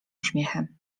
uśmiechem